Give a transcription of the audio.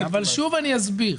אני שוב אסביר.